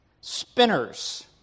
spinners